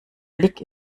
blick